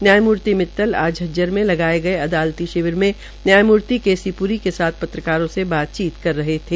न्यायमूर्ति मित्तल आज झज्जर में लगाये गये अदालती शिविर में न्यायमूर्ति के सी प्री के साथ पत्रकारों से बातचीत कर रहे थे